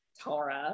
Tara